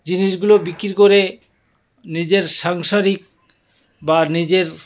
জিনিসগুলো বিক্রি করে নিজের সাংসারিক বা নিজের